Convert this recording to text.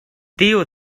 tiu